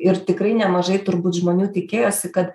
ir tikrai nemažai turbūt žmonių tikėjosi kad